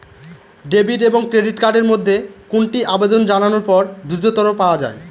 Debit এবং credit card এর মধ্যে কোনটি আবেদন জানানোর পর দ্রুততর পাওয়া য়ায়?